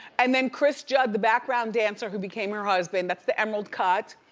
and, then chris judd, the background dancer who became her husband, that's the emerald cut.